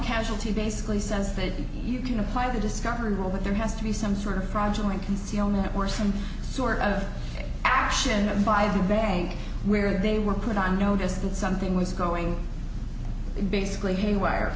casualty basically says that you can apply the discoverable but there has to be some sort of fraudulent concealment at worst some sort of action of by a bank where they were put on notice that something was going in basically haywire